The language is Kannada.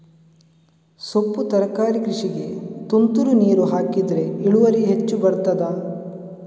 ಸೊಪ್ಪು ತರಕಾರಿ ಕೃಷಿಗೆ ತುಂತುರು ನೀರು ಹಾಕಿದ್ರೆ ಇಳುವರಿ ಹೆಚ್ಚು ಬರ್ತದ?